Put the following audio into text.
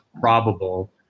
probable